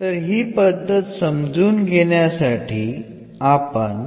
तर ही पद्धत समजून घेण्यासाठी आपण